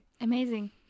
Amazing